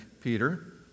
Peter